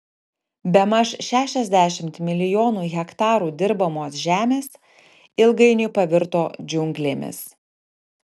bemaž šešiasdešimt milijonų hektarų dirbamos žemės ilgainiui pavirto džiunglėmis